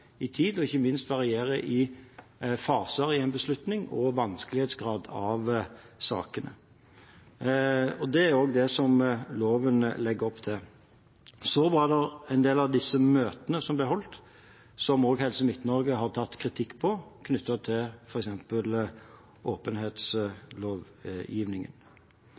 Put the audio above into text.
tid, og ikke minst variere i faser i en beslutning og etter vanskelighetsgrad i sakene. Det er også det som loven legger opp til. Det var også en del av disse møtene som ble holdt, som også Helse Midt-Norge har tatt kritikk på, knyttet til f.eks. åpenhetslovgivningen.